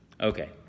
Okay